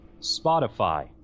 Spotify